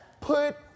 put